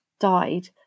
died